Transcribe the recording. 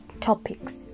topics